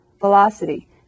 velocity